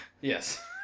Yes